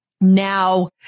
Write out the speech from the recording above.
now